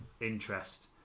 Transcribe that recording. interest